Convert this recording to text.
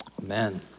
Amen